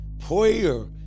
Prayer